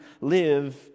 live